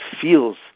feels